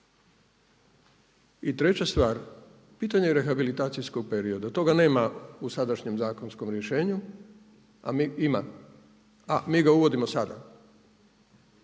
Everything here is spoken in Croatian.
I treća stvar pitanje rehabilitacijskog perioda. Toga nema u sadašnjem zakonskom rješenju, a mi ga uvodimo sada.